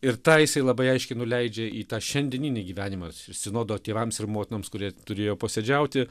ir tą jisai labai aiškiai nuleidžia į tą šiandieninį gyvenimą sinodo tėvams ir motinoms kurie turėjo posėdžiauti